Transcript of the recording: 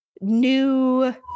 new